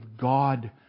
God